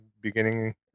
beginning